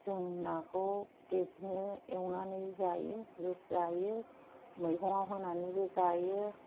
जों नाखौ बिदिनो एवनानै जायो जुस जायो मैगंआव होनानैबो जायो